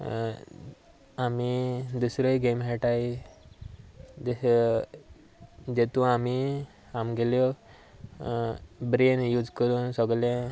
आमी दुसऱ्योय गेम खेळटात जातूंत आमी आमगेल्यो ब्रेन यूज करून सगलें